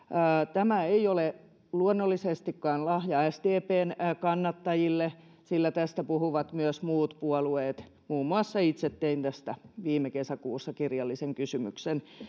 tämä ei ole luonnollisestikaan lahja sdpn kannattajille sillä tästä puhuvat myös muut puolueet muun muassa itse tein tästä viime kesäkuussa kirjallisen kysymyksen